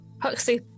Huxley